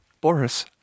Boris